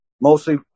Mostly